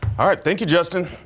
all right. thank you justin.